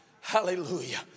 hallelujah